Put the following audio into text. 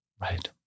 Right